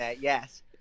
Yes